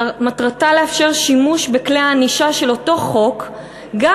מטרתה לאפשר שימוש בכלי הענישה של אותו חוק גם